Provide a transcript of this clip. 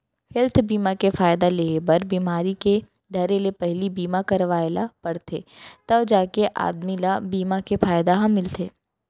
health बीमा के फायदा लेहे बर बिमारी के धरे ले पहिली बीमा करवाय ल परथे तव जाके आदमी ल बीमा के फायदा ह मिलथे